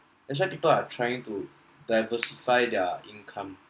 that's why people are trying to diversify their income